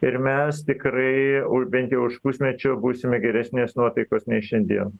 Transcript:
ir mes tikrai už bent jau už pusmečio būsime geresnės nuotaikos nei šiandien